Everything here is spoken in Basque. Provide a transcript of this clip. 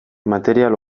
material